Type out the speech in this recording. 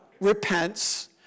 repents